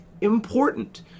important